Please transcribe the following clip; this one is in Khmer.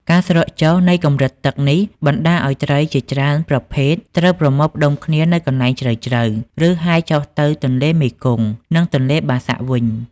ការស្រកចុះនៃកម្រិតទឹកនេះបណ្តាលឱ្យត្រីជាច្រើនប្រភេទត្រូវប្រមូលផ្តុំគ្នានៅកន្លែងជ្រៅៗ ឬហែលចុះទៅទន្លេមេគង្គ និងទន្លេបាសាក់វិញ។